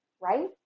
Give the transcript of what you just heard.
right